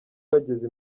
bageze